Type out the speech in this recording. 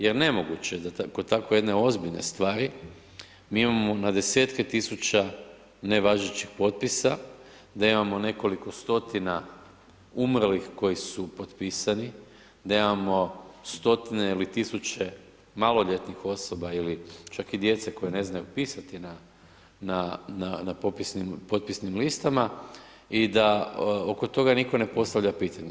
Jer nemoguće je da kod tako jedne ozbiljne stvari mi imamo na desetke tisuća nevažećih potpisa, da imamo nekoliko stotina umrlih koji su potpisani, da imamo stotine ili tisuće maloljetnih osoba ili čak i djece koja ne znaju pisati na popisnim, potpisnim listama i da oko toga nitko ne postavlja pitanje.